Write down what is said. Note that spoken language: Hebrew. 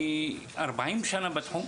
אני 40 שנה בתחום.